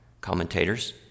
commentators